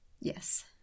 Yes